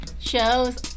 shows